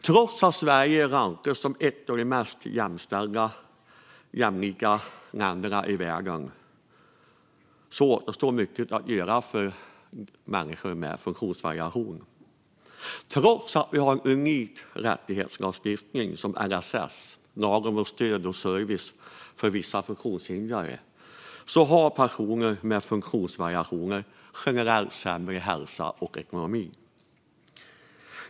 Trots att Sverige rankas som ett av de mest jämlika länderna i världen återstår mycket att göra för människor med funktionsvariationer. Trots att vi har en unik rättighetslagstiftning som LSS, lag om stöd och service till vissa funktionshindrande, har personer med funktionsvariationer generellt sämre hälsa och ekonomi.